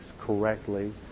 correctly